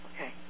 Okay